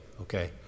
okay